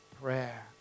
prayer